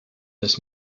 dass